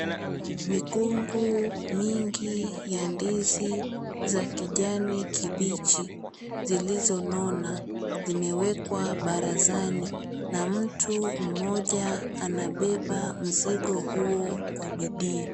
Mikungu mingi ya ndizi za kijani kibichi zilizonona zimewekwa barazani na mtu mmoja anabeba mzigo huo kwa bidii.